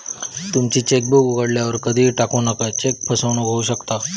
तुमची चेकबुक उघड्यावर कधीही टाकू नका, चेक फसवणूक होऊ शकता